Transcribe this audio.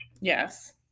Yes